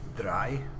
dry